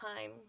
time